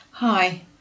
Hi